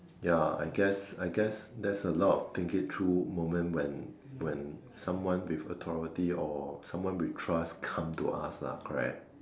ya I guess I guess that's a lot of think it through moment when when someone with authority or someone with trust come to us lah correct